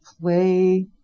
play